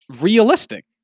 realistic